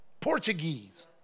Portuguese